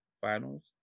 finals